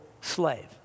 slave